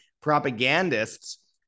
propagandists